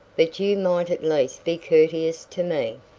but you might at least be courteous to me.